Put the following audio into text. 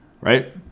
Right